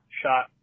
shot